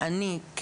ואני,